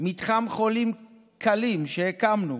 מתחם חולים קלים שהקמנו,